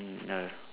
ya